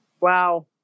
Wow